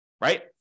Right